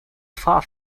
far